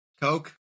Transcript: Coke